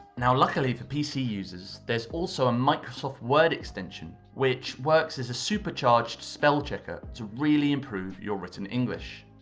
now luckily for pc users, there is also a microsoft word extension which works as a supercharged spell checker to really improve your written english.